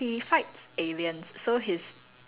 his grandfather was this like um